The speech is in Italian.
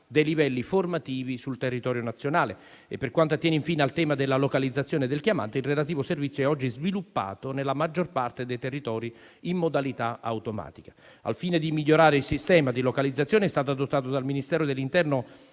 dei livelli formativi sul territorio nazionale. Per quanto attiene, infine, al tema della localizzazione del chiamante, il relativo servizio è oggi sviluppato nella maggior parte dei territori in modalità automatica. Al fine di migliorare il sistema di localizzazione, è stata adottata dal Ministero dell'interno